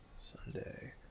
Sunday